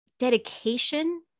dedication